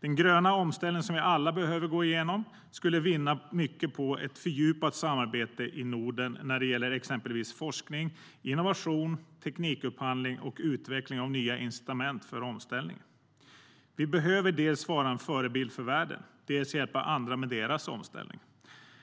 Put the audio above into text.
Den gröna omställning som vi alla behöver gå igenom skulle vinna mycket på ett fördjupat samarbete i Norden när det gäller exempelvis forskning, innovation, teknikupphandling och utveckling av nya incitament för omställning. Vi behöver dels vara en förebild för världen, dels hjälpa andra med deras omställning.